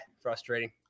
frustrating